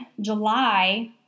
July